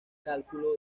cálculo